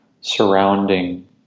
surrounding